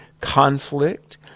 conflict